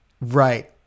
right